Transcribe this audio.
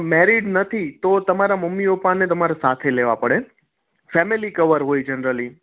married નથી તો તમારાં મમ્મી પપ્પાને તમારે સાથે લેવા પડે ફેમિલી કવર હોય જનરલી